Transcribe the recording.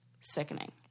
Sickening